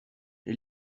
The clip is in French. les